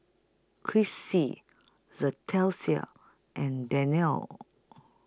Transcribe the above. Chrissie Leticia and Darnell